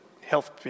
health